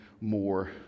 more